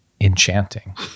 enchanting